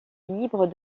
libre